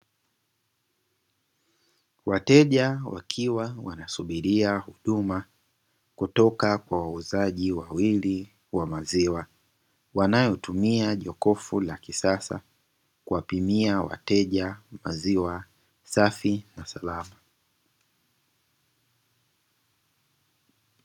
Wateja wakiwa wanasubiria huduma kutoka kwa wauzaji wawili wa maziwa, wanayotumia jokofu la kisasa kuwapimia wateja maziwa safi na salama.